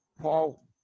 Paul